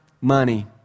money